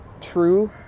true